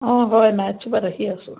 অঁ হয় নাইটচুপাৰত আহি আছোঁ